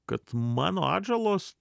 kad mano atžalos